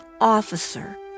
officer